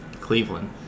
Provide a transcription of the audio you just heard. Cleveland